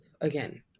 again